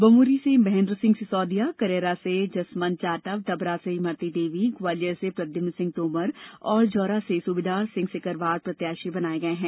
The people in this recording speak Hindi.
बमोरी से महेन्द्र सिंह सिसोदिया करैरा से जसमंत जाटव डबरा से इमरती देवी ग्वालियर से प्रद्युम्न सिंह तोमर जौरा से सूबेदार सिंह सिकरवार प्रत्याशी बनाए गए हैं